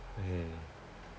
mm